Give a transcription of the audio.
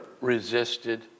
resisted